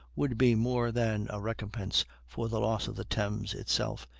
would be more than a recompense for the loss of the thames itself,